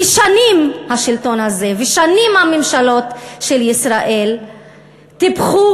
כי שנים השלטון הזה ושנים הממשלות של ישראל טיפחו